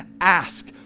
ask